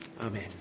Amen